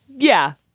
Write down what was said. yeah.